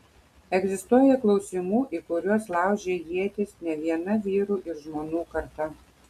egzistuoja klausimų į kuriuos laužė ietis ne viena vyrų ir žmonų karta